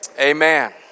Amen